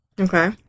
Okay